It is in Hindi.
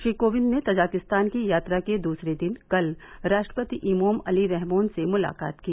श्री कोविंद ने तजाकिस्तान की यात्रा के दूसरे दिन कल राष्ट्रपति इमोम अली रहमोन से मुलाकात की